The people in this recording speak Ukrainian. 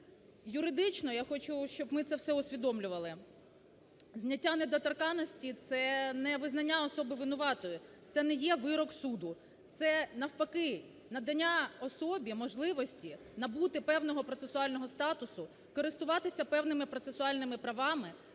Юридично, я хочу, щоб ми це все усвідомлювали, зняття недоторканності – це не визнання особи винуватою, це не є вирок суду. Це, навпаки, надання особі можливості набути певного процесуального статусу, користуватися певними процесуальними правами,